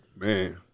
Man